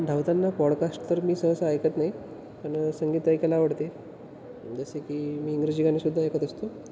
धावताना पॉडकास्ट तर मी सहज ऐकत नाही पण संगीत ऐकायला आवडते जसे की मी इंग्रजी गाणीसुद्धा ऐकत असतो